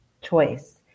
choice